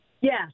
Yes